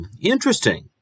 Interesting